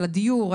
עלך הדיור,